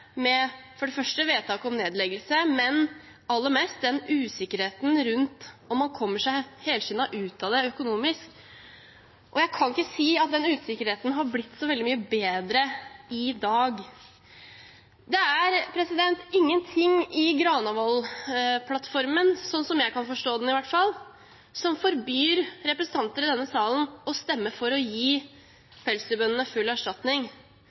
– for det første vedtaket om nedleggelse, men aller mest usikkerheten rundt om man kommer seg helskinnet ut av det økonomisk. Jeg kan ikke si at den usikkerheten har blitt så veldig mye mindre i dag. Det er ingenting i Granavolden-plattformen, sånn som jeg kan forstå den i hvert fall, som forbyr representanter i denne salen å stemme for å gi pelsdyrbøndene full erstatning.